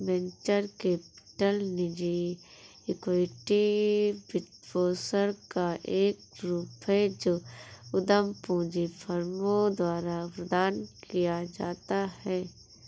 venture capital निजी equity वित्तपोषण का एक रूप है जो उद्यम पूंजी फर्मों द्वारा प्रदान किया जाता है